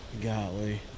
Golly